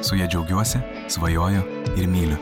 su ja džiaugiuosi svajoju ir myliu